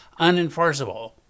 unenforceable